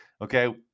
Okay